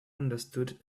understood